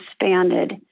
expanded